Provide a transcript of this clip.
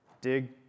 dig